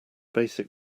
basic